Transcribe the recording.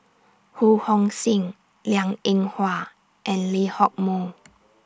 Ho Hong Sing Liang Eng Hwa and Lee Hock Moh